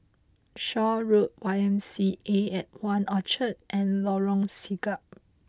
Shaw Road Y M C A at One Orchard and Lorong Siglap